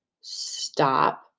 stop